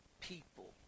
people